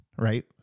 Right